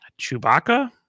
Chewbacca